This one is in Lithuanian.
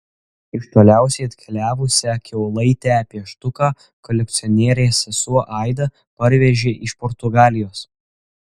iš toliausiai atkeliavusią kiaulaitę pieštuką kolekcionierės sesuo aida parvežė iš portugalijos